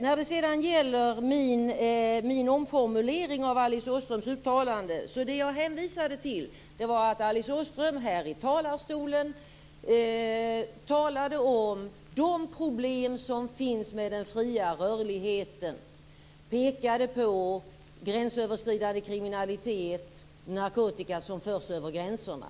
När det sedan gäller min omformulering av Alice Åströms uttalande hänvisade jag till att Alice Åström här i talarstolen talade om de problem som finns med den fria rörligheten. Hon pekade på gränsöverskridande kriminalitet och på narkotika som förs över gränserna.